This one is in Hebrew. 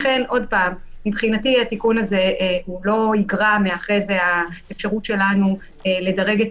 לכן מבחינתי התיקון הזה לא יגרע מהאפשרות שלנו לדרג את